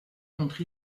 contre